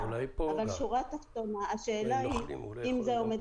אבל שורה תחתונה השאלה היא אם זה עומד